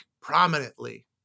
prominently